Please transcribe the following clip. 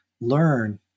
learn